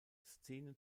szenen